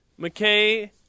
McKay